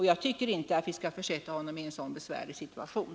Jag tycker inte att vi skall försätta honom i en så besvärlig situation.